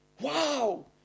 Wow